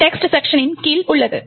text செக்க்ஷனின் கீழ் உள்ளது